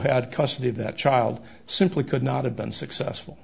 had custody of that child simply could not have been successful